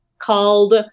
called